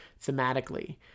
thematically